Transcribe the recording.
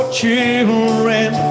children